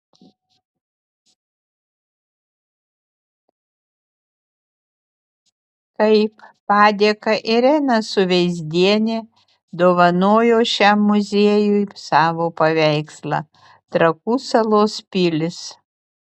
kaip padėką irena suveizdienė dovanojo šiam muziejui savo paveikslą trakų salos pilys